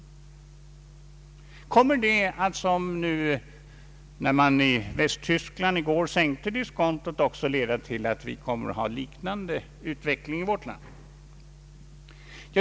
Kommer det liksom i Västtyskland, där diskontot sänktes i går, att leda till diskontosänkning också i vårt land?